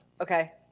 Okay